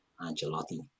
Angelotti